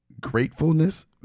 gratefulness